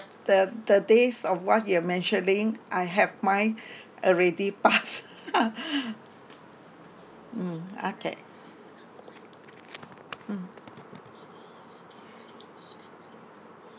the the days of what you are mentioning I have mine already passed mm okay mm